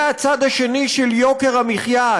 זה הצד השני של יוקר המחיה,